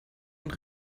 und